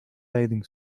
bathing